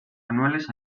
anuales